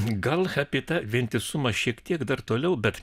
gal apie tą vientisumą šiek tiek dar toliau bet